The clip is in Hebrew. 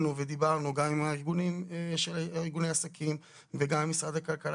דיברנו גם עם ארגוני עסקים וגם עם משרד הכלכלה.